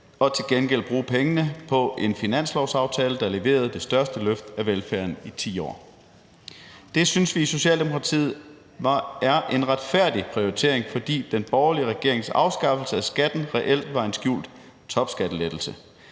og til gengæld bruge pengene på en finanslovsaftale, der leverede det største løft af velfærden i 10 år. Det synes vi i Socialdemokratiet er en retfærdig prioritering, fordi den borgerlige regerings afskaffelse af skatten reelt var en skjult topskattelettelse.